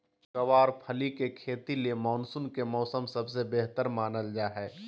गँवार फली के खेती ले मानसून के मौसम सबसे बेहतर मानल जा हय